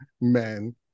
men